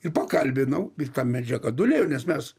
ir pakalbinau ir ta medžiaga dūlėjo nes mes